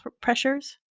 pressures